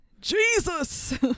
Jesus